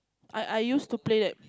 I I used to play that